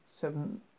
Seven